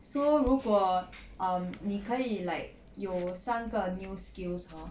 说如果 um 你可以 like 有三个 new skills hor